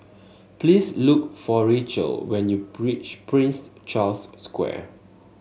please look for Rachael when you reach Prince Charles Square